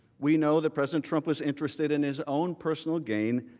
we know that president trump is interested in his own personal gain,